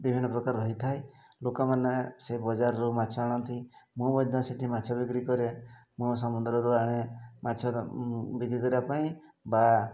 ବିଭିନ୍ନ ପ୍ରକାର ରହିଥାଏ ଲୋକମାନେ ସେ ବଜାରରୁ ମାଛ ଆଣନ୍ତି ମୁଁ ମଧ୍ୟ ସେଠି ମାଛ ବିକ୍ରି କରେ ମୋ ସମୁଦ୍ରରୁ ଆଣେ ମାଛ ବିକ୍ରି କରିବା ପାଇଁ ବା